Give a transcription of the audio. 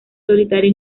solitaria